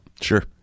Sure